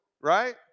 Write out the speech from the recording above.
right